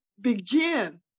begin